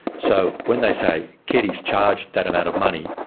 so when they say keddies charged that amount of money,